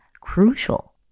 crucial